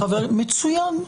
מצוין.